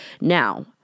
Now